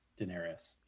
Daenerys